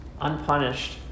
unpunished